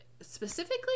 specifically